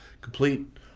complete